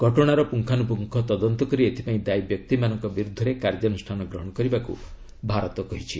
ଘଟଣାର ପୁଙ୍ଗାନୁପୁଙ୍ଗ ତଦନ୍ତ କରି ଏଥିପାଇଁ ଦାୟୀ ବ୍ୟକ୍ତିମାନଙ୍କ ବିରୁଦ୍ଧରେ କାର୍ଯ୍ୟାନୁଷ୍ଠାନ ଗ୍ରହଣ କରିବାକୁ ଭାରତ କହିଛି